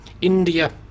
India